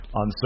on